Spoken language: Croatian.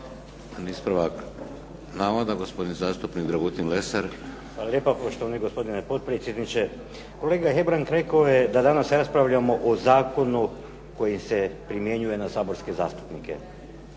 ispravak navoda, gospodin zastupnik Dragutin Lesar. **Lesar, Dragutin (Nezavisni)** Hvala lijepa poštovani gospodine potpredsjedniče. Kolega Hebrang rekao je da danas raspravljamo o zakonu koji se primjenjuje na saborske zastupnike.